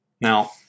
Now